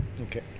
okay